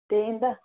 ते इं'दा